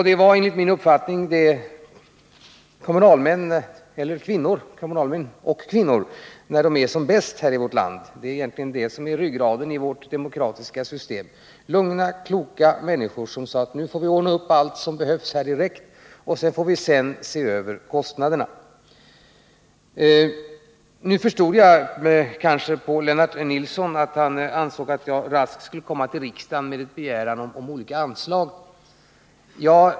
Det var enligt min uppfattning kommunalmän och kommunalkvinnor när de är som bäst i vårt land. Det är egentligen dessa som är ryggraden i vårt demokratiska system. Det var lugna och kloka människor som sade: Nu får vi ordna allt som direkt behövs, och därefter får vi se över kostnaderna. Jag förstod att Lennart Nilsson anser att jag raskt skall komma till riksdagen med begäran om olika anslag.